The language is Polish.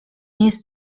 jest